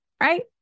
right